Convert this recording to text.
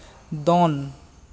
ᱫᱚᱱ